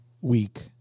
week